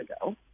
ago